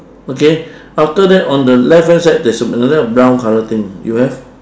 okay after that on the left hand side there's a another brown colour thing you have